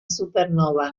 supernova